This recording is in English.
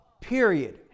period